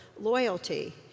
loyalty